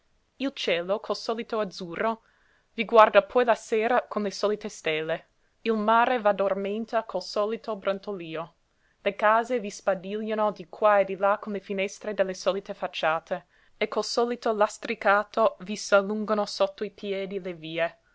il cielo col solito azzurro vi guarda poi la sera con le solite stelle il mare v'addormenta col solito brontolío le case vi sbadigliano di qua e di là con le finestre delle solite facciate e col solito lastricato vi s'allungano sotto i piedi